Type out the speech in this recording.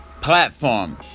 platform